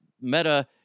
meta